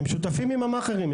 הם שותפים עם המאכערים,